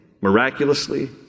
miraculously